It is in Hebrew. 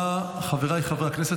חבריי חברי הכנסת,